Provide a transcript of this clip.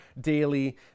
daily